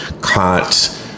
caught